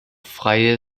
freie